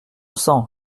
sang